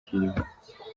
kiwe